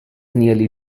nearly